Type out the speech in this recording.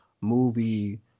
movie